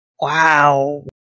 Wow